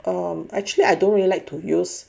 um actually I don't really like to use